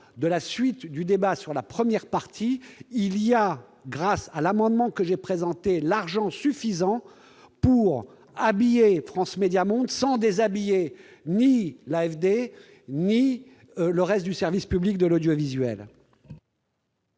de la suite du débat sur le projet de loi de finances, grâce à l'amendement que j'ai présenté, il y a l'argent suffisant pour habiller France Médias Monde sans déshabiller ni l'AFD ni le reste du service public de l'audiovisuel.